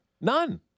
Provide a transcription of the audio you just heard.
None